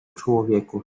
człowieku